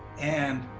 and,